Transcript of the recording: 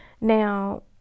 Now